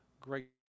great